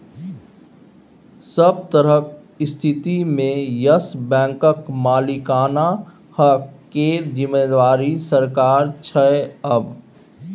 सभ तरहक स्थितिमे येस बैंकक मालिकाना हक केर जिम्मेदारी सरकारक छै आब